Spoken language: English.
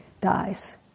dies